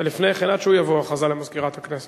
אבל לפני כן, עד שהוא יבוא, הודעה למזכירת הכנסת.